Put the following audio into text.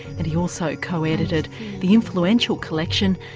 and he also coedited the influential collection,